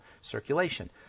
Circulation